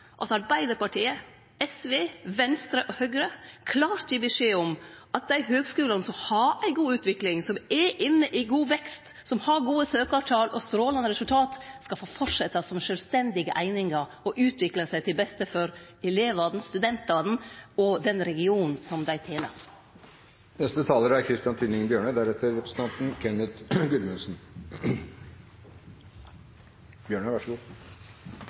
at Arbeidarpartiet, SV, Venstre og Høgre klart gir beskjed om at dei høgskulane som har ei god utvikling, som er inne i ein god vekst, som har gode søkjartal og strålande resultat, skal få fortsetje som sjølvstendige einingar og utvikle seg – til beste for elevane, studentane og den regionen som dei tener. Ja, nå er